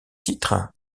titres